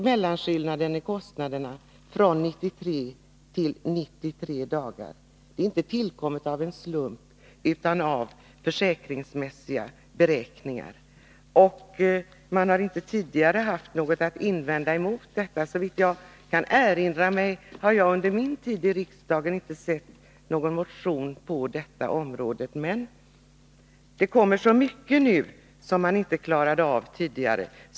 Mellanskillnaden i kostnader för 33 resp. 93 dagar är inte tillkommen av en slump, utan det ligger försäkringsmässiga beräkningar bakom. Tidigare har man inte haft något att erinra emot detta. Såvitt jag kan erinra mig har jag under min tid i riksdagen inte sett någon motion med förslag på detta område, men det föreslås så mycket nu, som man inte klarade av att själv göra tidigare.